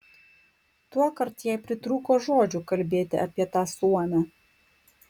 tuokart jai pritrūko žodžių kalbėti apie tą suomę